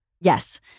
Yes